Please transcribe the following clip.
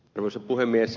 arvoisa puhemies